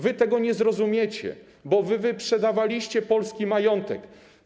Wy tego nie zrozumiecie, bo wy wyprzedawaliście polski majątek.